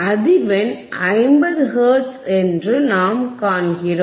அதிர்வெண் 50 ஹெர்ட்ஸ் என்று நாம் காண்கிறோம்